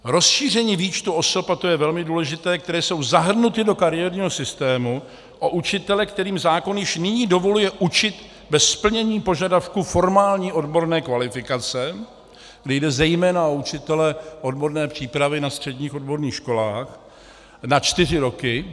Rozšíření výčtu osob a to je velmi důležité , které jsou zahrnuty do kariérního systému, o učitele, kterým zákon již nyní dovoluje učit bez splnění požadavku formální odborné kvalifikace, kdy jde zejména o učitele odborné přípravy na středních odborných školách, na čtyři roky.